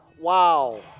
Wow